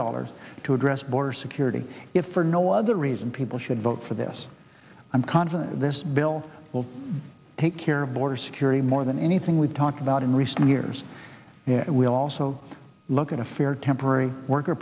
dollars to address border security if for no other reason people should vote for this i'm confident this bill will take care of border security more than anything we've talked about in recent years we'll also look at a fair temporary worker